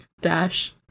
dash